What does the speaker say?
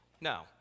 no